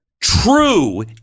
true